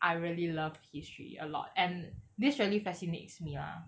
I really love history a lot and this really fascinates me lah